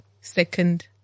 second